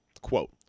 quote